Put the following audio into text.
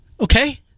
Okay